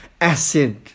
acid